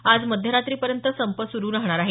आज मध्यरात्रीपर्यंत संप सुरू राहणार आहे